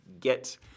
get